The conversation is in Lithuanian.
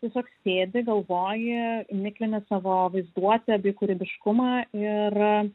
tiesiog sėdi galvoji miklini savo vaizduotę bei kūrybiškumą ir